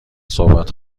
صحبت